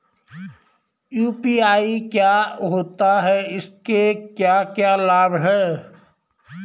UPI क्या होता है इसके क्या क्या लाभ हैं?